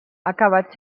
acabat